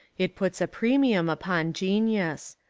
it puts a premium upon genius.